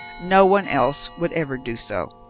no one else would ever do so.